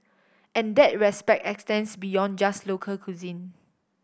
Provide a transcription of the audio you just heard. and that respect extends beyond just local cuisine